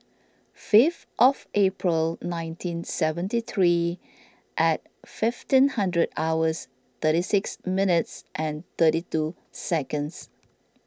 fifth April nineteen seventy three and fifteen hundred hours thirty six minutes and thirty two seconds